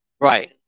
Right